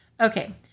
Okay